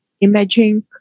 imaging